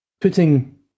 Putting